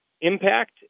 impact